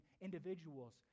individuals